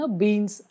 beans